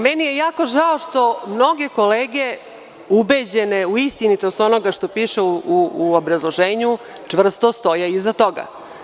Meni je jako žao što mnoge kolege, ubeđene u istinitost onoga što piše u obrazloženju, čvrsto stoje iza toga.